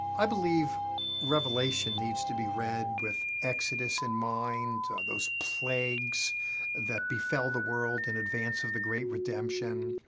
i believe revelation needs to be read with exodus in mind, those plagues that befell the world in advance of the great redemption.